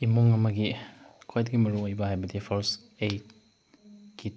ꯏꯃꯨꯡ ꯑꯃꯒꯤ ꯈ꯭ꯋꯥꯏꯗꯒꯤ ꯃꯔꯨ ꯑꯣꯏꯕ ꯍꯥꯏꯕꯗꯤ ꯐꯥꯔꯁ ꯑꯦꯠ ꯀꯤꯠ